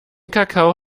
kakao